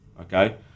okay